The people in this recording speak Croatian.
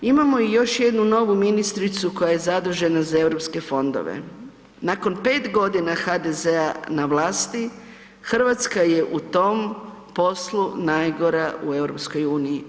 Imamo i još jednu novu ministricu koja je zadužena za europske fondove, nakon pet godina HDZ-a na vlasti Hrvatska je u tom poslu najgora u EU.